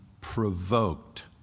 provoked